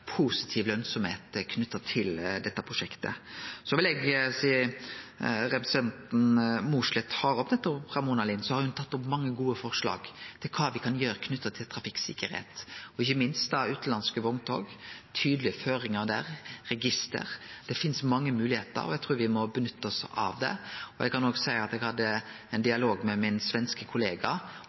positiv lønsemd knytt til dette prosjektet. Så vil eg, sidan representanten Mossleth tar opp dette om Ramona Lind, seie at ho har hatt mange gode forslag til kva me kan gjere knytt til trafikksikkerheit, ikkje minst om utanlandske vogntog, tydelege føringar der, register – det finst mange moglegheiter, og eg trur me må nytte oss av dei. Eg kan òg seie at eg hadde ein dialog med min svenske kollega